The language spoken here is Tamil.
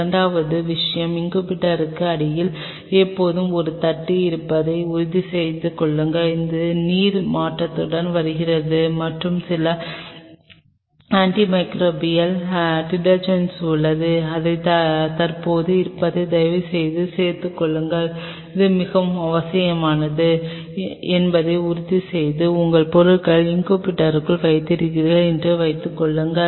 இரண்டாவது விஷயம் இன்குபேட்டருக்கு அடியில் எப்போதும் ஒரு தட்டு இருப்பதை உறுதிசெய்து கொள்ளுங்கள் அந்த நீர் மாற்றப்பட்டு வருகிறது மற்றும் சில ஆண்டிமைக்ரோபையல் டிட்டர்ஜெண்ட்ஸ் உள்ளன அவை தற்போது இருப்பதை தயவுசெய்து சேர்த்துக் கொள்ளுங்கள் அது மிகவும் அவசியமானது என்பதை உறுதிசெய்து உங்கள் பொருட்களை இன்குபேட்டருக்குள் வைக்கிறீர்கள் என்று வைத்துக்கொள்வோம்